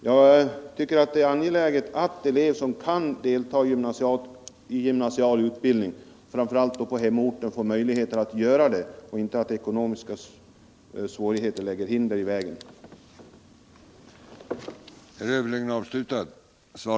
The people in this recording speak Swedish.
Jag tycker det är angeläget att elev som kan delta i gymnasieutbildning, framför allt på hemorten, får möjligheter att göra det utan att ekonomiska svårigheter lägger hinder i vägen. Gymnasial utbildning kan betyda mer för handikappad elev än för andra, och allt bör göras för att den handikappade eleven skall kunna leva tillsammans med sin familj.